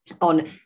on